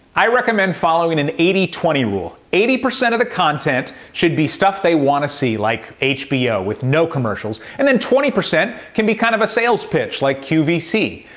i recommend following an eighty twenty rule. eighty percent of the content should be stuff they want to see like hbo with no commercials, and then twenty percent can be kind of a sales pitch like qvc.